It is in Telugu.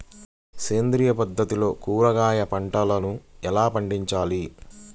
సేంద్రియ పద్ధతుల్లో కూరగాయ పంటలను ఎలా పండించాలి?